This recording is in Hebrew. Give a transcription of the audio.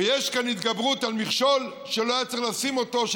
ויש כאן התגברות על מכשול שלא היה צריך לשים אותו,